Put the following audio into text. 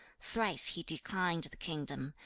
thrice he declined the kingdom,